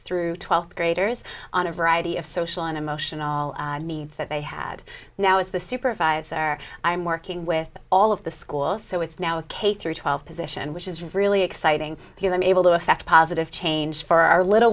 through twelfth graders on a variety of social and emotional needs that they had now is the supervisor i'm working with all of the schools so it's now a k through twelve position which is really exciting because i'm able to effect positive change for our little